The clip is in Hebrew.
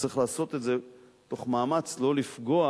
וצריך לעשות את זה תוך מאמץ לא לפגוע